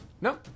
no